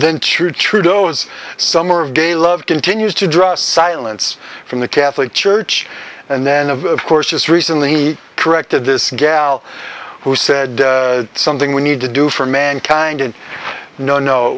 to trudeau's summer of gay love continues to draw silence from the catholic church and then of course just recently he corrected this gal who said something we need to do for mankind and no no